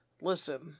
listen